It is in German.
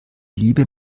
liebe